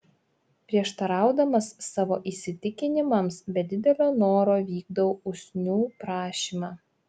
prieštaraudamas savo įsitikinimams be didelio noro vykdau usnių prašymą